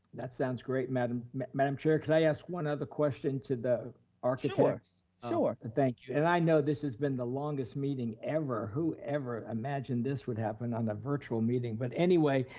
that sounds great. madam madam chair, could i ask one other question to the architects? sure, sure. thank you, and i know this has been the longest meeting ever, whoever imagined this would happen on a virtual meeting? but anyway,